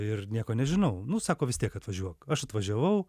ir nieko nežinau nu sako vis tiek atvažiuok aš atvažiavau